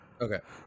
Okay